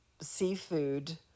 seafood